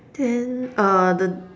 then err the